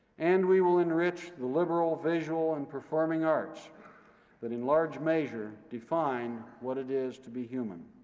and we will enrich the liberal, visual, and performing arts that, in large measure, define what it is to be human.